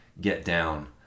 get-down